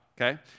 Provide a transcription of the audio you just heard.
okay